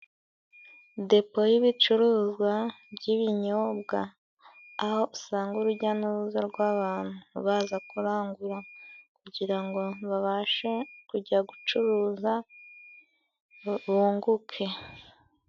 Depo y'ibicuruzwa by'ibinyobwa, aho usanga urujya n'uruza rw'abantu, baza kurangura kugira ngo babashe kujya gucuruza bunguke.